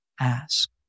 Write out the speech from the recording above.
ask